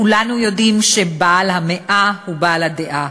כולנו יודעים שבעל המאה הוא בעל הדעה,